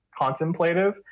contemplative